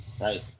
right